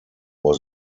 was